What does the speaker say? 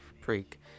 freak